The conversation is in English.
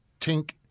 tink